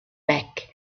back